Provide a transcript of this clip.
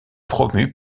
promues